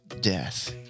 death